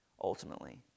ultimately